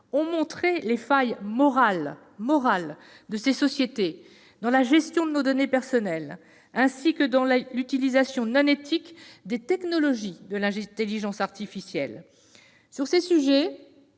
ont montré les failles morales de ces sociétés dans la gestion de nos données personnelles, ainsi que dans l'utilisation non éthique des technologies de l'intelligence artificielle. Sur ces sujets,